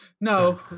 no